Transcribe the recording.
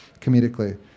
comedically